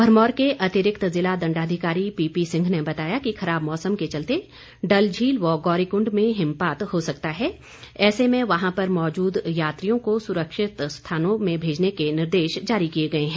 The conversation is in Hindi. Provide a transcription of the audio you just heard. भरमौर के अतिरिक्त जिला दंडाधिकारी पीपी सिंह ने बताया कि खराब मौसम के चलते डल झील व गौरीकुंड में हिमपात हो सकता है ऐसे में वहां पर मौजूद यात्रियों को सुरक्षित स्थानों में भेजने के निर्देश जारी किए गए हैं